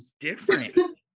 different